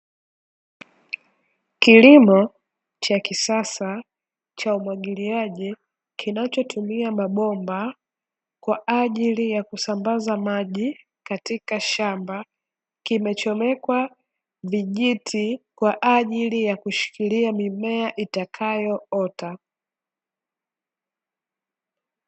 Kilimo cha kisasa, cha umwagiliaji, kinachotumia mabomba kwa ajili ya kusambaza maji, katika shamba. Kimechomekwa vijiti kwa ajili ya, kushikilia mimea itakayoota.